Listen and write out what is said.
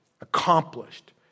accomplished